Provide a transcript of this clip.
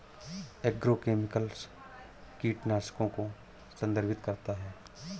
agrochemicals कीटनाशकों को संदर्भित करता है